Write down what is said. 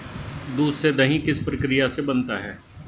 दूध से दही किस प्रक्रिया से बनता है?